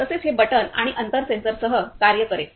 तसेच हे बटण आणि अंतर सेन्सरसह कार्य करेल